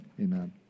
Amen